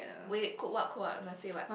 wait cook what cook what must say what